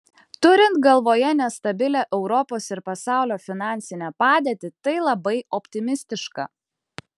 turint galvoje nestabilią europos ir pasaulio finansinę padėtį tai labai optimistiška